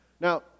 Now